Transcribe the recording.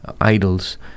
idols